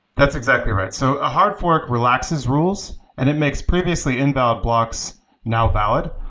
that's exactly right. so a hard fork relaxes rules and it makes previously invalid blocks now valid.